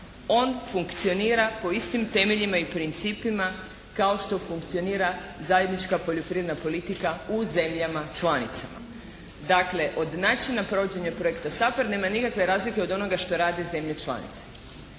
On funkcionira po istim temeljima i principima kao što funkcionira zajednička poljoprivredna politika u zemljama članicama. Dakle, od načina provođenja projekta SAPARD nema nikakve razlike od onoga što rade zemlje članice.